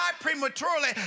prematurely